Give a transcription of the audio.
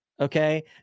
Okay